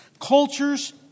Cultures